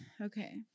okay